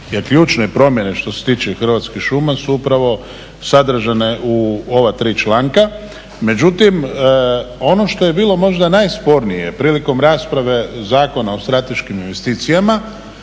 ključne promjene što se tiče hrvatskih šuma su upravo sadržane u ova tri članka. Međutim, ono što je bilo možda najspornije prilikom rasprave Zakona o strateškim investicijama